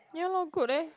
ya lor good leh